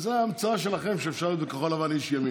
אבל האם אפשר לשים, זה משנה מי צודק?